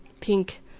pink